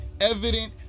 evident